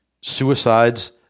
suicides